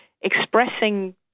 expressing